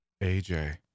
AJ